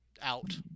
out